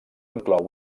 inclou